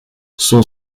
son